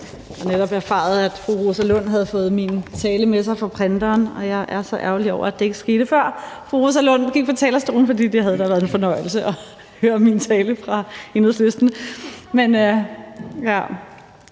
Jeg har netop erfaret, at fru Rosa Lund havde fået min tale med sig fra printeren, og jeg er så ærgerlig over, at det ikke skete, før fru Rosa Lund gik på talerstolen, for det havde da været en fornøjelse at høre min tale fra Enhedslisten.